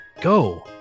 Go